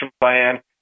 plan